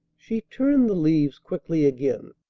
she turned the leaves quickly again.